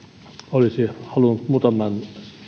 olisi halunnut muutaman